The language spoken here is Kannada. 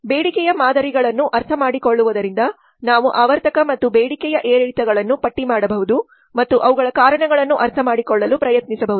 ಬೇಡಿಕೆಯ ಮಾದರಿಗಳನ್ನು ಅರ್ಥಮಾಡಿಕೊಳ್ಳುವುದರಿಂದ ನಾವು ಆವರ್ತಕ ಮತ್ತು ಬೇಡಿಕೆಯ ಏರಿಳಿತಗಳನ್ನು ಪಟ್ಟಿ ಮಾಡಬಹುದು ಮತ್ತು ಅವುಗಳ ಕಾರಣಗಳನ್ನು ಅರ್ಥಮಾಡಿಕೊಳ್ಳಲು ಪ್ರಯತ್ನಿಸಬಹುದು